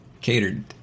catered